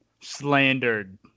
slandered